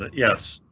yes,